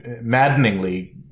maddeningly